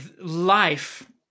life